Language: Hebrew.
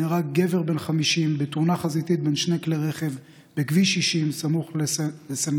נהרג גבר בן 50 בתאונה חזיתית בין שני כלי רכב בכביש 60 סמוך לסינג'יל.